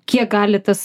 kiek gali tas